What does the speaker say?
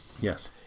Yes